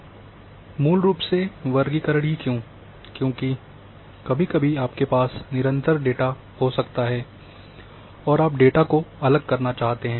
क्यों मूल रूप से वर्गीकरण ही क्यों क्योंकि कभी कभी आपके पास निरंतर डेटा हो सकता है और आप डेटा को अलग करना चाहते हैं